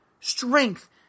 strength